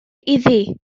iddi